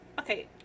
Okay